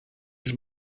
his